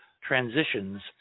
transitions